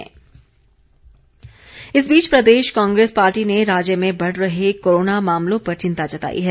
कुलदीप राठौर इस बीच प्रदेश कांग्रेस पार्टी ने राज्य में बढ़ रहे कोरोना मामलों पर चिंता जताई है